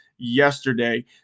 yesterday